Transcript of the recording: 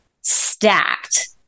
stacked